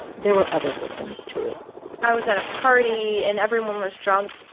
there were other victims, too i was at a party, and everyone was drunk.